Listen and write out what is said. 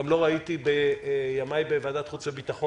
וגם לא ראיתי בימי בוועדת החוץ והביטחון,